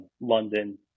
London